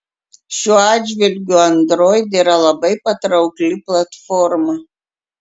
šiuo atžvilgiu android yra labai patraukli platforma